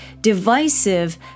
divisive